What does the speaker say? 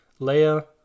Leia